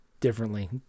differently